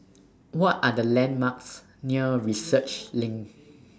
What Are The landmarks near Research LINK